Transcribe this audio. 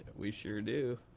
we sure do.